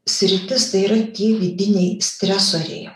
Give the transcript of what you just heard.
sritis tai yra tie vidiniai stresoriai